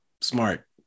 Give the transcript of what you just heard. smart